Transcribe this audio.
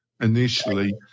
initially